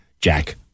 Jack